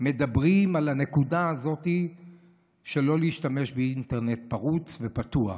מדברים על הנקודה הזאת שלא להשתמש באינטרנט פרוץ ופתוח.